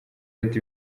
ati